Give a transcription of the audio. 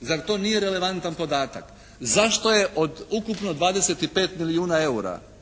Zar to nije relevantan podatak? Zašto je od ukupno 25 milijuna EUR-a